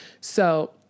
So-